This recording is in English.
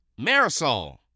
Marisol